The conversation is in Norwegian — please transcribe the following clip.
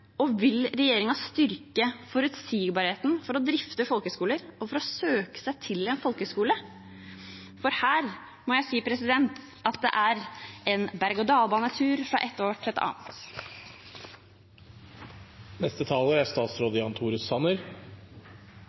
og vil regjeringen styrke forutsigbarheten for å drifte folkehøgskoler og for å kunne søke seg til en folkehøgskole? Her må jeg si at det er en berg-og-dal-banetur fra ett år til et annet. La meg først takke for en god interpellasjon. Det er